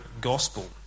gospel